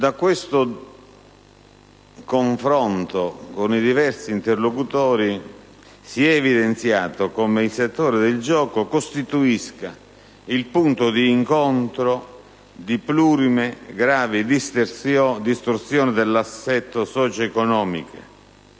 Da questo confronto con i diversi interlocutori si è evidenziato come il settore del gioco costituisca il punto d'incontro di plurime gravi distorsioni dell'assetto socio‑economico